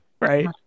Right